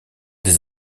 des